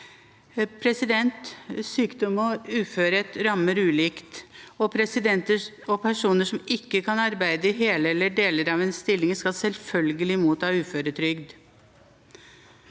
innebærer. Sykdom og uførhet rammer ulikt, og personer som ikke kan arbeide hele eller deler av en stilling, skal selvfølgelig motta uføretrygd.